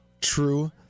True